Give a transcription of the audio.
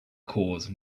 cause